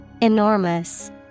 Enormous